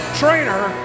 trainer